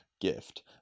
gift